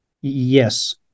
Yes